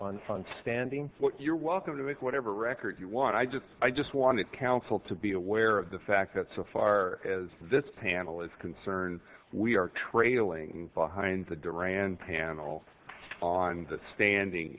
on fun standing you're welcome to make whatever record you want i just i just wanted counsel to be aware of the fact that so far as this panel is concerned we are trailing behind the duran panel on the standing